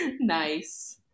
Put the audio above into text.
nice